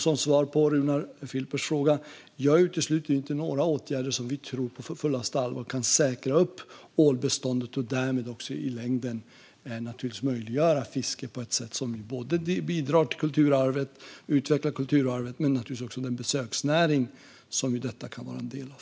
Som svar på Runar Filpers fråga utesluter jag inte några åtgärder som vi på fullaste allvar tror kan säkra upp ålbeståndet och därmed också i längden möjliggöra fiske på ett sätt som bidrar till och utvecklar kulturarvet och den besöksnäring som detta kan vara en del av.